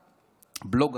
בלוג "החיים על פי מאי".